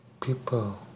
people